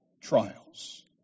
trials